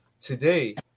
Today